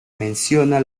menciona